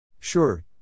Sure